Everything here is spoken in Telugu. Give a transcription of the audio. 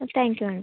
థ్యాంక్యూ అండి